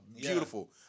beautiful